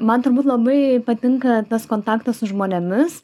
man turbūt labai patinka tas kontaktas su žmonėmis